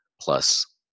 plus